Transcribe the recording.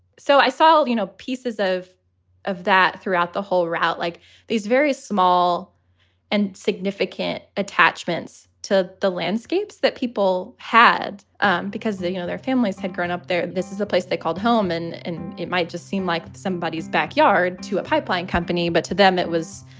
so i saw, you know, pieces of of that throughout the whole route, like these various small and significant attachments to the landscapes that people had um because they, you know, their families had grown up there. this is a place they called home. and and it might just seem like somebodies backyard to a pipeline company, but to them, it was